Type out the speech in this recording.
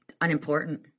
unimportant